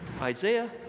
Isaiah